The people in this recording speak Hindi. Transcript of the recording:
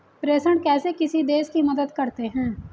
प्रेषण कैसे किसी देश की मदद करते हैं?